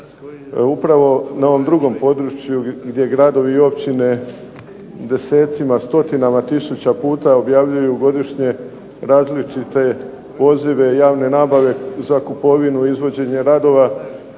Upravo na ovom drugom području gdje gradovi i općine desecima, stotinama tisuća puta objavljuju godišnje različite pozive javne nabave za kupovinu i izvođenje radova.